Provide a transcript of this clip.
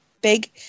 big